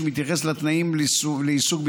שמתייחס לתנאים לעיסוק ביבוא,